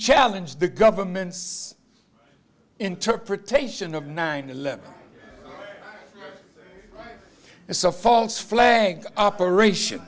challenge the government's interpretation of nine eleven it's a false flag operation